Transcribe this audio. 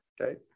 Okay